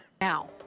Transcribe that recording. Now